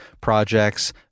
projects